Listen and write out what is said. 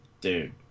dude